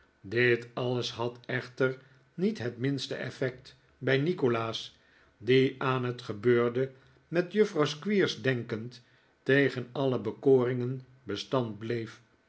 dit alles had echter niet het minste effect bij nikolaas die aan het gebeurde met juffrouw squeers denkend tegen alle bekoringen bestand bleef